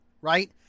Right